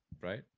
right